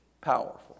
Powerful